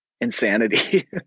insanity